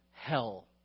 Hell